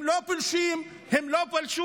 הם לא פולשים, הם לא פלשו.